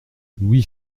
louis